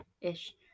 Ish